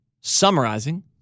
summarizing